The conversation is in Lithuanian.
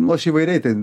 nu aš įvairiai tai